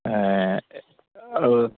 আৰু